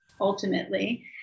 ultimately